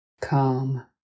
calm